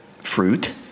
fruit